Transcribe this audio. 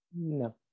no